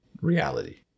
reality